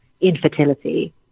infertility